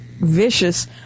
vicious